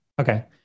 Okay